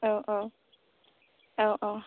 औ औ औ औ